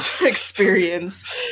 experience